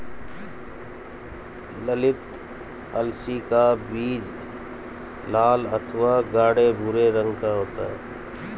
ललीत अलसी का बीज लाल अथवा गाढ़े भूरे रंग का होता है